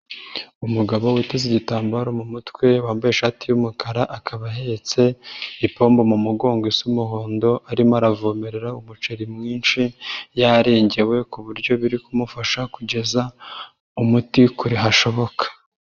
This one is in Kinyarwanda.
Umugabo witeze igitambaro mumutwe wambaye ishati y'umukara, akaba ahetse ipombo mu mugongo isa umuhondo arimo aravomerera umuceri mwinshi, yarengewe kuburyo biri kumufasha kugeza umuti kure hashoboka.